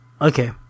Okay